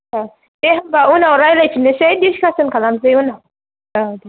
ओं दे होमब्ला उनाव रायज्लायफिननोसै डिसकासन खालामसै उनाव औ दे